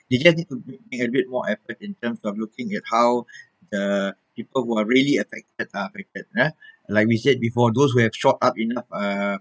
you just need to put in a bit more effort in terms of looking at how the people who are really affected are affected ah like we said before those who have shored up enough uh